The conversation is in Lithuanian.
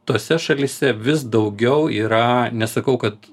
tose šalyse vis daugiau yra nesakau kad